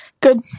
Good